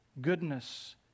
goodness